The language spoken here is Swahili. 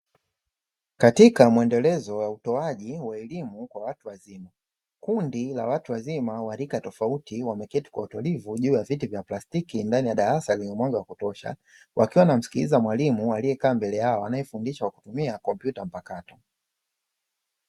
Katika muendelezo wa utoaji wa elimu kwa watu wazima, kundi la watu wazima wa rika tofauti wameketi kwa utulivu juu ya viti vya plastiki ndani ya darasa lenye mwanga wa kutosha, wakiwa wanamsikiliza mwalimu aliyekaa mbele yao anayefundisha kwa kutumia kompyuta mpakato.